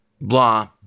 blah